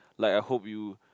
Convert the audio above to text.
like I hope you